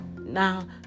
Now